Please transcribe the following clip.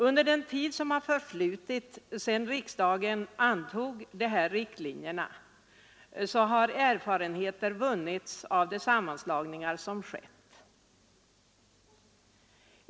Under den tid som förflutit sedan riksdagen antog dessa riktlinjer har erfarenheter vunnits av de sammanslagningar som skett.